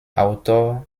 autor